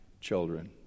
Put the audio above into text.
children